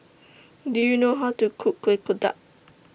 Do YOU know How to Cook Kueh Kodok